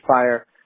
fire